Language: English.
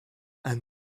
and